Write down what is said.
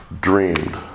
dreamed